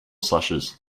slashes